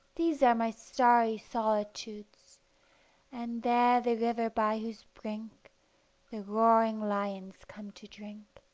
these are my starry solitudes and there the river by whose brink the roaring lions come to drink.